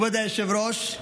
כבוד היושב-ראש,